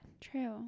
True